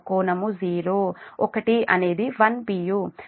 కోణం '0' 1 అనేది 1 p